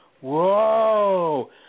Whoa